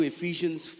Ephesians